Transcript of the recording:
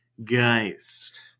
geist